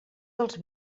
dels